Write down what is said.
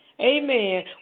amen